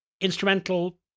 instrumental